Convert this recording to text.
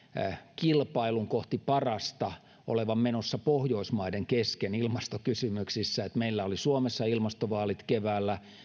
kilpailun kohti parasta olevan menossa pohjoismaiden kesken ilmastokysymyksissä meillä oli suomessa ilmastovaalit keväällä